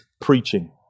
preaching